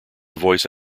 voice